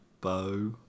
bow